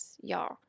y'all